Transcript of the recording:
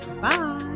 Bye